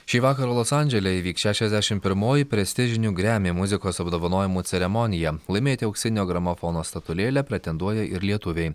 šį vakarą los andžele įvyks šešiasdešimt pirmoji prestižinių grammy muzikos apdovanojimų ceremonija laimėti auksinio gramofono statulėlę pretenduoja ir lietuviai